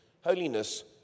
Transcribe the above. holiness